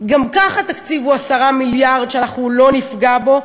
גם כך התקציב הוא 10 מיליארד, ואנחנו לא נפגע בו,